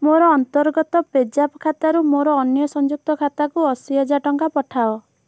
ମୋର ଅନ୍ତର୍ଗତ ପେଜାପ୍ ଖାତାରୁ ମୋର ଅନ୍ୟ ସଂଯୁକ୍ତ ଖାତାକୁ ଅଶୀହଜାର ଟଙ୍କା ପଠାଅ